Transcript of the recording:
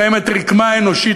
קיימת רקמה אנושית,